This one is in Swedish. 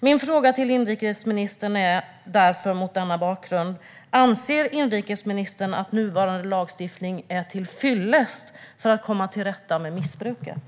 Mot denna bakgrund är min fråga till inrikesministern: Anser inrikesministern att nuvarande lagstiftning är till fyllest för att komma till rätta med missbruket?